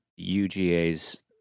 UGA's